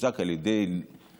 שמוחזק על ידי המדינה,